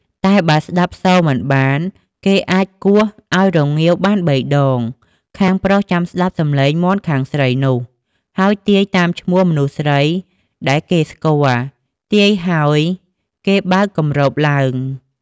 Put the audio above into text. តែបើស្តាប់សូរមិនបានគេអាចគោះឱ្យរងាវបានបីដង ខាងប្រុសចាំស្តាប់សំឡេងមាន់ខាងស្រីនោះ ហើយទាយតាមឈ្មោះមនុស្សស្រីដែលគេស្គាល់ ទាយហើយគេបើកគម្របឡើង ។